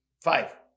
Five